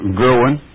growing